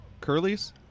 Curly's